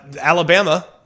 Alabama